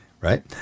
Right